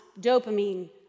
Dopamine